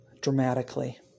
dramatically